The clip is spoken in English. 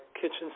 kitchen